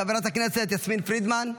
חברת הכנסת יסמין פרידמן.